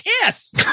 KISS